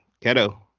Keto